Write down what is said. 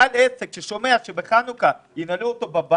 יש שם צפיפות, אי אפשר כמעט להימנע מזה.